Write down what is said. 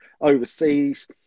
overseas